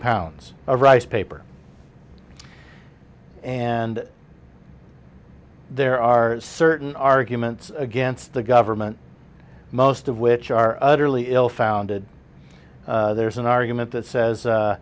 pounds of rice paper and there are certain arguments against the government most of which are utterly ill founded there's an argument that says